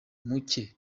mucye